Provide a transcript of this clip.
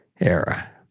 era